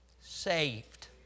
saved